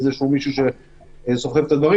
בניגוד למי שאמר שסגר לא מוריד,